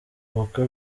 ubukwe